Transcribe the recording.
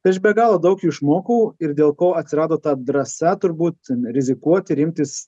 tai aš be galo daug jų išmokau ir dėl ko atsirado ta drąsa turbūt rizikuot ir imtis